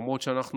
למרות שאנחנו